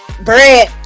bread